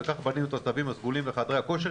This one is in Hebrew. וכך בנינו את התווים הסגולים בחדרי הכושר,